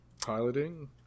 piloting